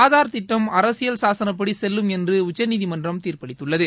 ஆதார் திட்டம் அரசியல் சாசனப்படி செல்லும் என்று உச்சநீதிமன்றம் தீர்ப்பளித்துள்ளது